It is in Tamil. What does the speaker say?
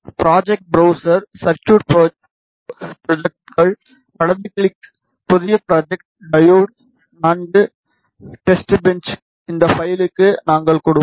ப்ராஜெக்ட் பிரௌசர் சர்குய்ட் ப்ரொஜெக்ட்கள் வலது கிளிக் புதிய ப்ராஜெக்ட் டையோடு IV டெஸ்ட்பெஞ்ச் இந்த பைலுக்கு நாங்கள் கொடுப்போம்